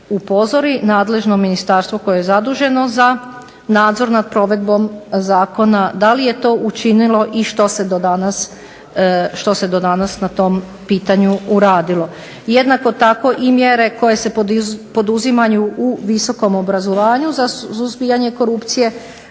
upozori nadležno ministarstvo koje je zaduženo za nadzor nad provedbom zakona, da li je to učinilo i što se do danas na tom pitanju uradilo. Jednako tako i mjere koje se poduzimaju u visokom obrazovanju za suzbijanje korupcije,